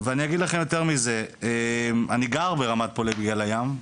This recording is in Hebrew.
יותר מזה, אגיד לכם, אני גר ברמת פולג בגלל הים.